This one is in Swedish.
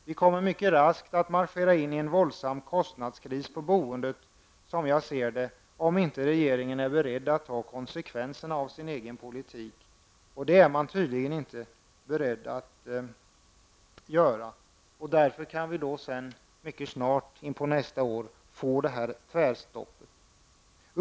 Vi kommer mycket raskt att marschera in i en våldsam kostnadskris beträffande boendet, som jag ser saken, om inte regeringen är beredd att ta konsekvenserna av sin egen politik -- och det är man tydligen inte beredd att göra. Därför kan vi mycket tidigt in på nästa år få ett tvärstopp här.